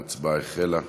ההצבעה החלה.